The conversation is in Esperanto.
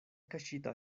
kaŝita